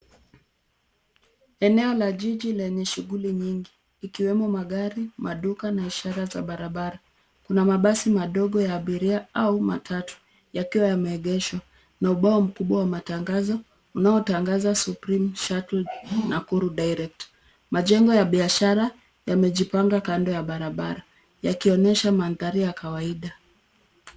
Eneo la jiji lenye shughuli nyingi ikiwemo magari, maduka na ishara za barabara. Kuna mabasi madogo ya abiria au matatu yakiwa yameegeshwa na ubao mkubwa wa matangazo unaotangaza Supreme Shuttle Nakuru Direct. Majengo ya biashara yamejipanga kando ya barabara yakionyesha mandhari ya kawaida.